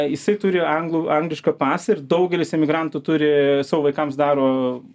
jisai turi anglų anglišką pasą ir daugelis emigrantų turi savo vaikams daro